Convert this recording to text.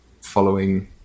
following